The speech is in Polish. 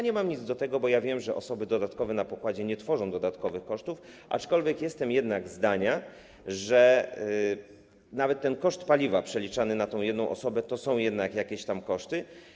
Nie mam nic do tego, bo wiem, że osoby dodatkowe na pokładzie nie tworzą dodatkowych kosztów, aczkolwiek jestem jednak zdania, że nawet te koszty paliwa przeliczane na tę jedną osobę to jednak są jakieś koszty.